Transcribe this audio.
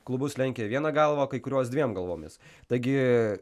klubus lenkia viena galva o kai kuriuos dviem galvomis taigi